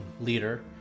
leader